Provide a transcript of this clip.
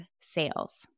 sales